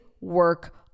work